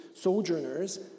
sojourners